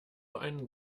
einen